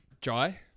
Jai